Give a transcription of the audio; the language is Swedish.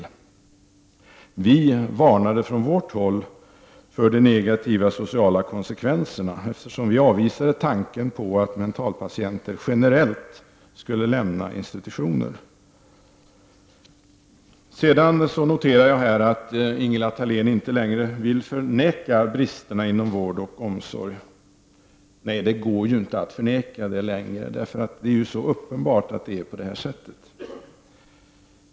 Från vårt håll varnade vi för de negativa sociala konsekvenserna. Vi avvisade tanken på att mentalpatienter generellt skulle lämna institutionerna. Jag noterar att Ingela Thalén inte längre vill förneka bristerna inom vård och omsorg. Nej, det går inte längre, eftersom det är så uppenbart.